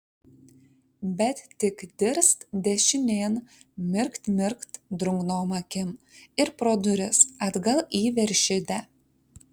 bet tik dirst dešinėn mirkt mirkt drungnom akim ir pro duris atgal į veršidę